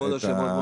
כבוד היו"ר,